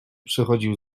przychodził